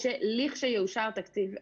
לכשיאושר תקציב מדינה,